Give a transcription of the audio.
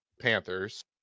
Panthers